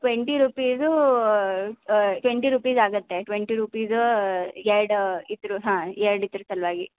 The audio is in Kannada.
ಟ್ವೆಂಟಿ ರುಪೀಸೂ ಟ್ವೆಂಟಿ ರುಪೀಸ್ ಆಗುತ್ತೆ ಟ್ವೆಂಟಿ ರುಪೀಸು ಎರಡು ಇದ್ರು ಹಾಂ ಎರಡು ಇದ್ರ್ ಸಲುವಾಗಿ